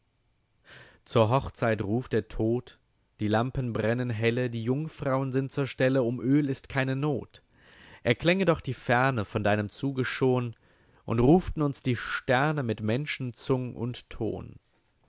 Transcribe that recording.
zur hochzeit ruft der tod die lampen brennen helle die jungfraun sind zur stelle um öl ist keine not erklänge doch die ferne von deinem zuge schon und ruften uns die sterne mit menschenzung und ton